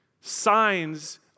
Signs